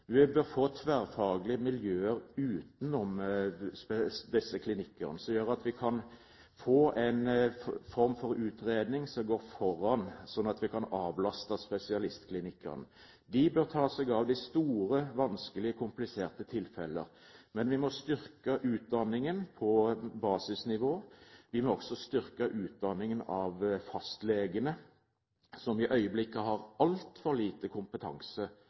Vi bør få tverrfaglige miljøer utenom disse klinikkene, som gjør at vi kan få en form for utredning som går foran, slik at vi kan avlaste spesialistklinikkene. De bør ta seg av de store, vanskelige, kompliserte tilfellene. Men vi må styrke utdanningen på basisnivå. Vi må også styrke utdanningen av fastlegene, som i øyeblikket har altfor liten kompetanse